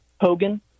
Hogan